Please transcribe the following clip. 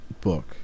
book